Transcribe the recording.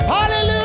Hallelujah